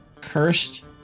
Cursed